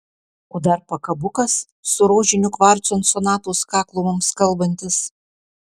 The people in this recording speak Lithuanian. o dar pakabukas su rožiniu kvarcu ant sonatos kaklo mums kalbantis